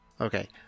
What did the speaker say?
Okay